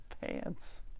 pants